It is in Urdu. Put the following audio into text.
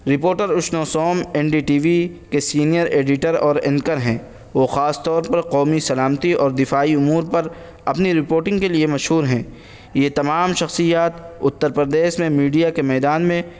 reporter Vishnu Som N D T V کے سینئر ایڈیٹر اور اینکر ہیں وہ خاص طور پر قومی سلامتی اور دفاعی امور پر اپنی رپورٹنگ کے لیے مشہور ہیں یہ تمام شخصیات اتّر پردیش میں میڈیا کے میدان میں